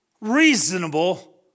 reasonable